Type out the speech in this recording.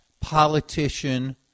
politician